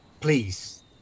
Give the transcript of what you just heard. Please